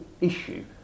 issue